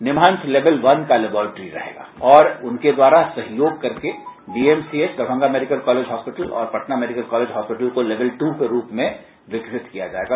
NIMHANS level one का laboratory रहेगा और उनके द्वारा सहयोग करके DMCH Darbhanga medical college hospital और PMCH Patna medical college hospital को लेवल दू के रूप में विकसित किया जायेगा